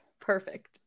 perfect